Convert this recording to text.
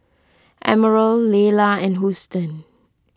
Emerald Laylah and Houston